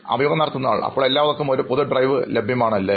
അഭിമുഖം നടത്തുന്നയാൾ അപ്പോൾ എല്ലാവർക്കും ഒരു പൊതു ഡ്രൈവ് ലഭ്യമാണ്ല്ലേ